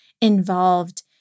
involved